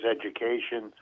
education